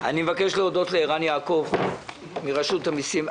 אני מבקש להודות לערן יעקב מרשות המסים.